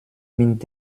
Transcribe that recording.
mit